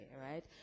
right